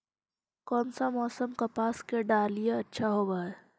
कोन सा मोसम कपास के डालीय अच्छा होबहय?